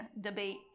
debate